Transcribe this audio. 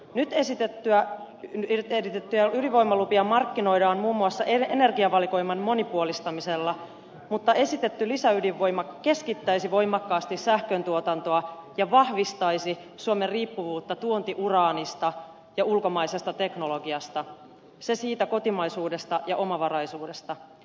nyt esitettyjä ydinvoimalupia markkinoidaan muun muassa energiavalikoiman monipuolistamisella mutta esitetty lisäydinvoima keskittäisi voimakkaasti sähköntuotantoa ja vahvistaisi suomen riippuvuutta tuontiuraanista ja ulkomaisesta teknologiasta se siitä kotimaisuudesta ja omavaraisuudesta